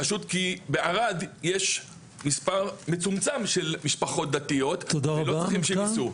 פשוט כי בערד יש מספר מצומצם של משפחות דתיות ולא צריכים שהם ייצאו.